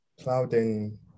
clouding